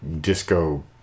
disco